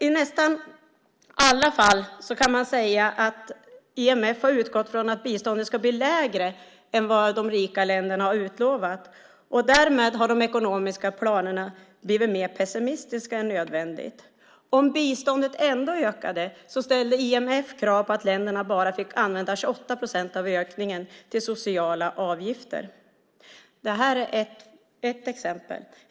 I nästan alla fall kan man säga att IMF har utgått från att biståndet ska bli lägre än vad de rika länderna har utlovat. Därmed har de ekonomiska planerna blivit mer pessimistiska än nödvändigt. Om biståndet ändå ökade ställde IMF krav på att länderna bara fick använda 28 procent av ökningen till sociala avgifter. Det här är ett exempel.